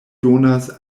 donas